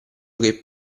che